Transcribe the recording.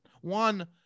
One